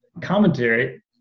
commentary